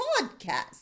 Podcast